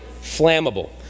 flammable